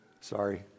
sorry